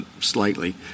slightly